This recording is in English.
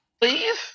Please